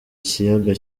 kiyaga